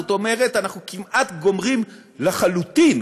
זאת אומרת, אנחנו כמעט גומרים לחלוטין